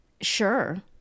Sure